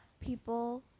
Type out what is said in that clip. people